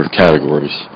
categories